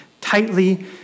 tightly